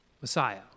Messiah